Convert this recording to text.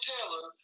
Taylor